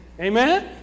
amen